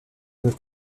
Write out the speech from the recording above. une